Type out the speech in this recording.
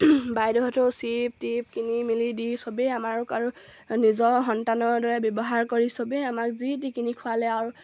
বাইদেউহঁতেও chips টিপছ কিনি মেলি দি সবেই আমাক আৰু নিজৰ সন্তানৰ দৰে ব্যৱহাৰ কৰি সবেই আমাক যি টি কিনি খোৱালে আৰু